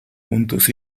juntos